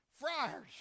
friars